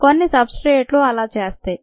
కొన్ని సబ్ స్ట్రేట్లు అలా చేస్తాయి